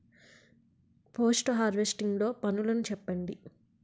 Post harvesting లో పనులను చెప్పండి?